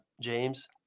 James